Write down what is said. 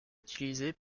utilisés